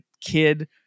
kid